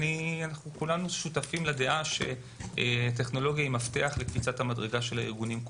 כולנו שותפים לדעה שטכנולוגיה היא מפתח לקפיצת המדרגה של הארגונים כולם.